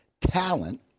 talent